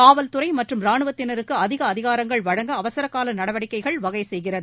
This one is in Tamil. காவல்துறை மற்றும் ரானுவத்தினருக்கு அதிக அதிகாரங்கள் வழங்க அவசரகால நடவடிக்கைகள் வகை செய்கிறது